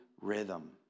rhythm